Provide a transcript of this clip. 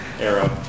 era